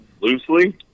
Loosely